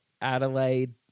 Adelaide